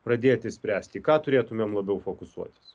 pradėti spręsti į ką turėtumėm labiau fokusuotis